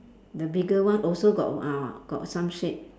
the bigger one also got ah got some shade